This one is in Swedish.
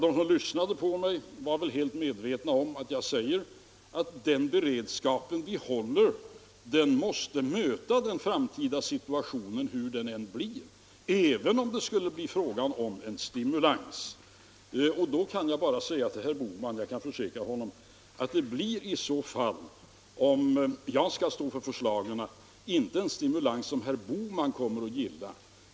De som lyssnade på mig var väl helt medvetna om att jag sade att den beredskap vi håller måste möta en framtida situation hur denna än blir, alltså även om det skulle bli fråga om en stimulans. Jag kan försäkra herr Bohman att det blir, om jag skall stå för förslagen, inte en stimulans som herr Bohman kommer att gilla.